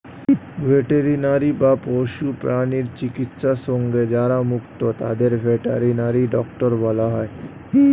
veterinary বা পশু প্রাণী চিকিৎসা সঙ্গে যারা যুক্ত তাদের ভেটেরিনারি ডক্টর বলা হয়